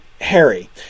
Harry